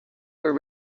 were